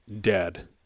dead